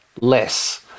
less